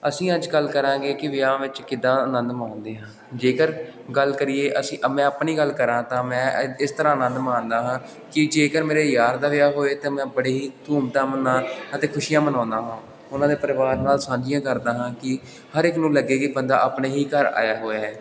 ਅਸੀਂ ਅੱਜ ਗੱਲ ਕਰਾਂਗੇ ਕਿ ਵਿਆਹਾਂ ਵਿੱਚ ਕਿੱਦਾਂ ਆਨੰਦ ਮਾਣਦੇ ਹਾਂ ਜੇਕਰ ਗੱਲ ਕਰੀਏ ਅਸੀਂ ਮੈਂ ਆਪਣੀ ਗੱਲ ਕਰਾਂ ਤਾਂ ਮੈਂ ਐ ਇਸ ਤਰ੍ਹਾਂ ਆਨੰਦ ਮਾਣਦਾ ਹਾਂ ਕਿ ਜੇਕਰ ਮੇਰੇ ਯਾਰ ਦਾ ਵਿਆਹ ਹੋਵੇ ਤਾਂ ਮੈਂ ਬੜੇ ਹੀ ਧੂਮ ਧਾਮ ਨਾਲ ਅਤੇ ਖੁਸ਼ੀਆਂ ਮਨਾਉਂਦਾ ਹਾਂ ਉਹਨਾਂ ਦੇ ਪਰਿਵਾਰ ਨਾਲ ਸਾਂਝੀਆਂ ਕਰਦਾ ਹਾਂ ਕਿ ਹਰ ਇੱਕ ਨੂੰ ਲੱਗੇ ਕਿ ਬੰਦਾ ਆਪਣੇ ਹੀ ਘਰ ਆਇਆ ਹੋਇਆ ਹੈ